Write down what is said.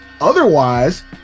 Otherwise